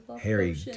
Harry